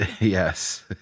yes